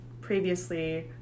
previously